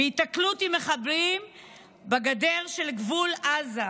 בהיתקלות עם מחבלים בגדר של גבול עזה.